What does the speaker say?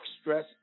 stress